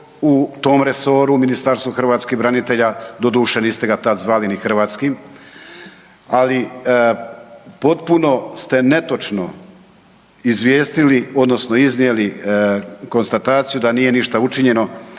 u tom resoru Ministarstvu hrvatskih branitelja. Doduše niste ga tada niti zvali hrvatskim, ali potpuno ste netočno izvijestili odnosno iznijeli konstataciju da nije ništa učinjeno.